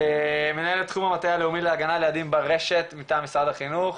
מנהלת תחום המטה הלאומי להגנת ילדים ברשת מטעם משרד החינוך,